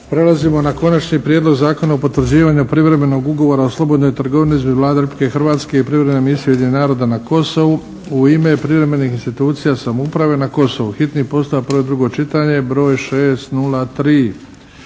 Prelazimo na - Konačni prijedlog Zakona o potvrđivanju privremenog ugovora o slobodnoj trgovini između Vlade Republike Hrvatske i Privremene misije Ujedinjenih naroda na Kosovu /UNMIK/ u ime privremenih institucija samouprave na Kosovu, hitni postupak, prvo i drugo čitanje, P.Z.br. 603